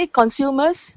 consumers